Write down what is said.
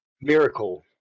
Miracle